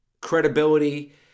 credibility